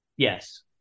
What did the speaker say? Yes